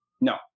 No